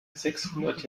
sechshundert